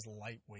lightweight